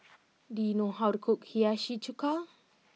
do you know how to cook Hiyashi Chuka